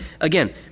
again